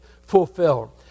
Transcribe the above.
fulfilled